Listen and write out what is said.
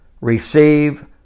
receive